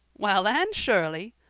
well, anne shirley,